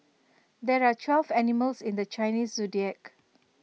there are twelve animals in the Chinese Zodiac